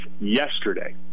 yesterday